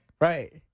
Right